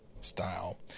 style